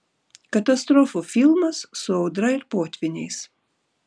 katastrofų filmas su audra ir potvyniais